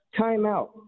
Timeout